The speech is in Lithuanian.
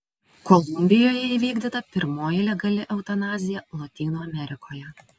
kolumbijoje įvykdyta pirmoji legali eutanazija lotynų amerikoje